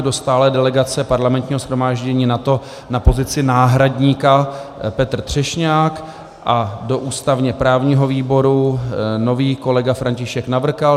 Do stálé delegace Parlamentního shromáždění NATO na pozici náhradníka Petr Třešňák a do ústavněprávního výboru nový kolega František Navrkal.